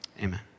amen